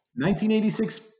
1986